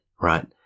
right